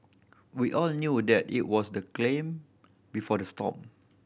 we all knew that it was the before the storm